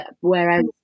whereas